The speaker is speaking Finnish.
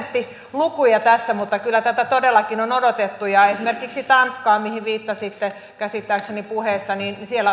prosenttilukuja tässä että tätä todellakin on odotettu ja esimerkiksi tanskassa mihin viittasitte käsittääkseni puheessanne